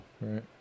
Right